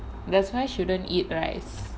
that's why shouldn't eat rice